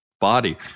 body